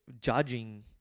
judging